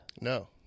no